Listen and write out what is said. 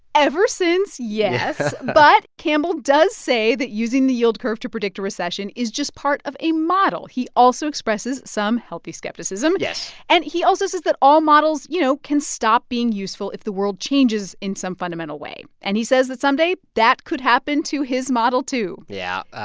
ever since, yes. but campbell does say that using the yield curve to predict a recession is just part of a model. he also expresses some healthy skepticism yes and he also says that all models, you know, can stop being useful if the world changes in some fundamental way. and he says that someday, that could happen to his model, too yeah,